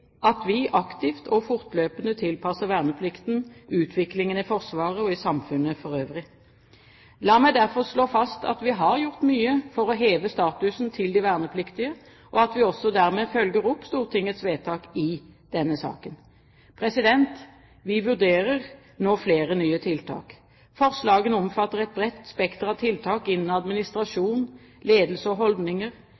aktivt og fortløpende tilpasser verneplikten utviklingen i Forsvaret og i samfunnet for øvrig. La meg derfor slå fast at vi har gjort mye for å heve statusen til de vernepliktige, og at vi dermed følger opp Stortingets vedtak i denne saken. Vi vurderer nå flere nye tiltak. Forslagene omfatter et bredt spekter av tiltak innen